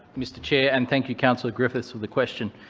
mr chair, and thank you, councillor griffiths, for the question.